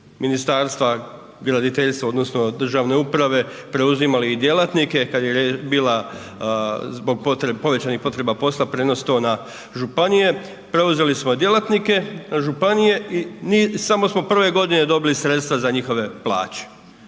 Ministarstva graditeljstva odnosno državne uprave preuzimali i djelatnike kad je bila zbog povećanih potreba posla prijenos to na županije, preuzeli smo djelatnike županije i samo smo prve godine dobili sredstva za njihove plaće.